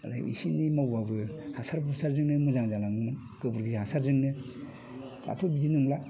दालाय बिसोरनि मावब्लाबो हासार हुसारजोंनो मोजां जालाङोमोन गोबोर हासारजोंनो दाथ'बिदि नंला